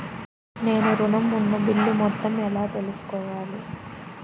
నేను ఋణం ఉన్న బిల్లు మొత్తం ఎలా తెలుసుకోవాలి?